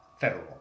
federal